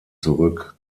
zurück